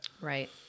Right